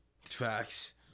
Facts